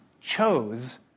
chose